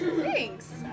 Thanks